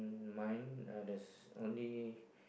mine uh there is only